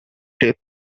death